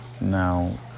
Now